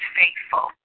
faithful